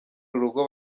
urugo